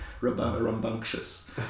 rambunctious